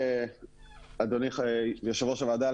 אדוני יושב-ראש הוועדה,